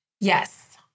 Yes